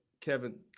Kevin